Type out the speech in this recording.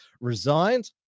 resigned